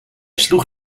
sloeg